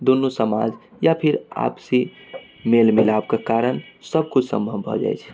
दुनू समाज या फेर आपसी मेल मिलापके कारण सब किछु सम्भव भऽ जाइ छै